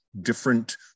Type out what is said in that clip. different